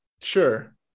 Sure